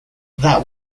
that